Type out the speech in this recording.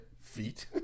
feet